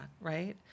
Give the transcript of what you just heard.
right